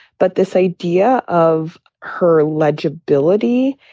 but this idea of her legibility,